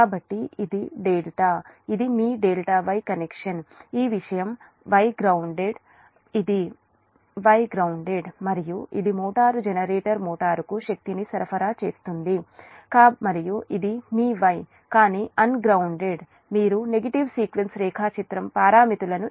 కాబట్టి ఇది ∆ ఇది మీ ∆ Y కనెక్షన్ ఈ విషయం మరియు Y గ్రౌన్దేడ్ ఇది Y is Y గ్రౌన్దేడ్